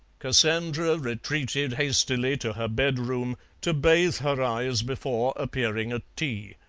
cassandra retreated hastily to her bedroom to bathe her eyes before appearing at tea.